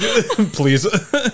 Please